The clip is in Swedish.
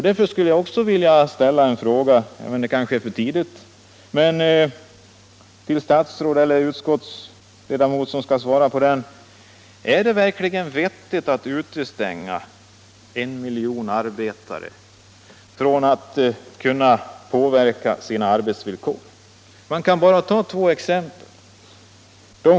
Därför vill jag ställa en fråga till statsrådet eller till den utskottsledamot som kan svara på den, om den inte är för tidigt framställd: Är det verkligen vettigt att utestänga en miljon arbetare från möjligheten att påverka sina arbetsvillkor? Vi kan ju ta två exempel.